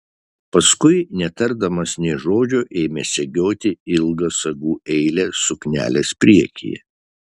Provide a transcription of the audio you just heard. paskui netardamas nė žodžio ėmė segioti ilgą sagų eilę suknelės priekyje